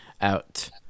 out